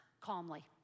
calmly